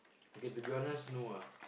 okay to be honest no ah